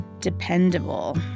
dependable